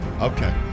Okay